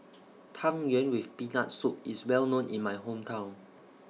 Tang Yuen with Peanut Soup IS Well known in My Hometown